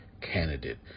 candidate